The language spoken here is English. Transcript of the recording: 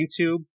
YouTube